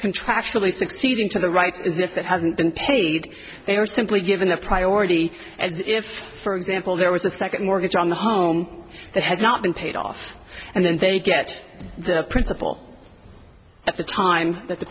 contractually succeeding to the right is if it hasn't been paid they are simply given the priority as if for example there was a second mortgage on the home that had not been paid off and then they get the principal at the time that the